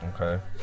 okay